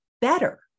better